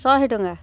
ଶହେ ଟଙ୍କା